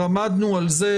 עמדנו על זה,